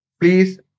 Please